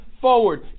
forward